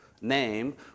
name